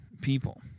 people